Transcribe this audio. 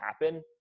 happen